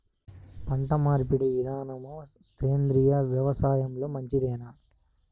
పంటమార్పిడి విధానము సేంద్రియ వ్యవసాయంలో మంచిదేనా?